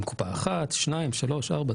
עם קופה אחת שניים שלוש ארבע,